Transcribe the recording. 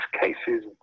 cases